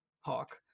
Hawk